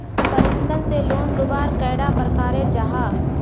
प्रबंधन से लोन लुबार कैडा प्रकारेर जाहा?